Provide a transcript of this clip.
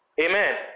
Amen